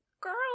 girl